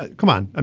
like come on. ah